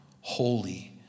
holy